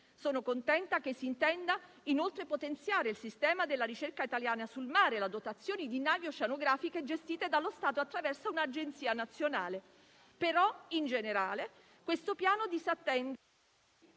Sono contenta che si intenda, inoltre, potenziare il sistema della ricerca italiana sul mare, la dotazione di navi oceanografiche gestite dallo Stato attraverso un'Agenzia nazionale, ma in generale questo Piano disattende...